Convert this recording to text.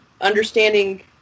understanding